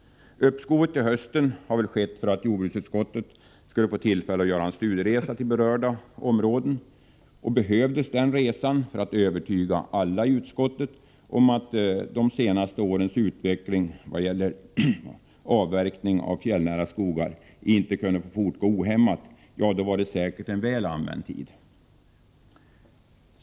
Uppskovet till hösten har väl skett för att jordbruksutskottet skulle få tillfälle att göra en studieresa till berörda områden. Behövdes den resan för att övertyga alla i utskottet om att de senaste årens utveckling i vad gäller avverkningar av fjällnära skogar inte kunde få fortgå ohämmat, var det säkert väl använd tid.